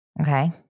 Okay